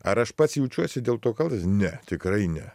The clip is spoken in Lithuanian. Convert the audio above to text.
ar aš pats jaučiuosi dėl to kaltas ne tikrai ne